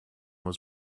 was